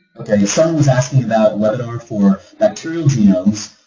okay, someone's asking about whether for bacterial genomes,